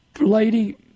lady